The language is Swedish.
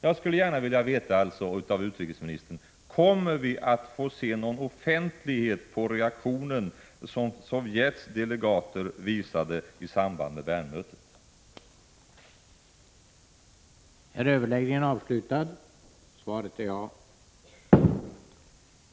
Jag skulle alltså av utrikesministern gärna vilja höra: Kommer reaktionen från Sovjets delegater i samband med Bernmötet att ges offentlighet?